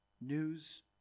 news